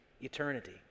eternity